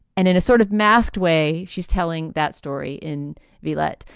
and in a sort of masked way, she's telling that story in veillette.